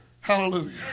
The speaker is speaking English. Hallelujah